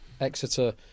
Exeter